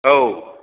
औ